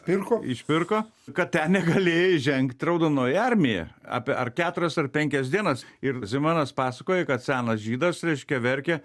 pirko išpirko kad ten negalėjo įžengti raudonoji armija apie ar keturias ar penkias dienas ir zimanas pasakojo kad senas žydas reiškia verkia